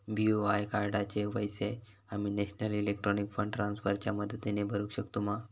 BOI कार्डाचे पैसे आम्ही नेशनल इलेक्ट्रॉनिक फंड ट्रान्स्फर च्या मदतीने भरुक शकतू मा?